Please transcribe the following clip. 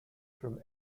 from